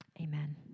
Amen